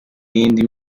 n’indi